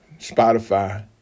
Spotify